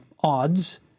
odds